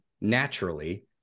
naturally